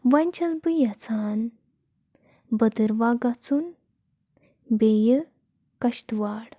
وۄنۍ چھَس بہٕ یَژھان بٔدٕروا گَژھُن بیٚیہِ کَشتٕواڑ